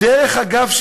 דרך אגב,